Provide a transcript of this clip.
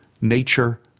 Nature